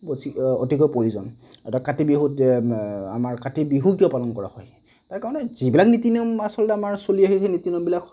অতিকৈ প্ৰয়োজন আৰু কাতি বিহুত আমাৰ কাতি বিহু কিয় পালন কৰা হয় তাৰ কাৰণে যিবিলাক নীতি নিয়ম আচলতে চলি আহিছে সেই নীতি নিয়মবিলাক